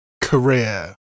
career